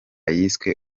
yiswe